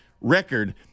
record